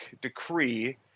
decree